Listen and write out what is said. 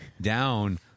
down